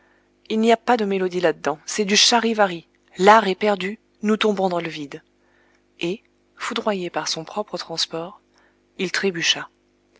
il n'y a pas de mélodie là-dedans c'est du charivari l'art est perdu nous tombons dans le vide et foudroyé par son propre transport il trébucha